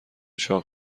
چاق